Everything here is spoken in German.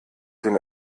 den